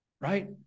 Right